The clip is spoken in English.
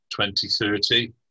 2030